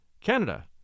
Canada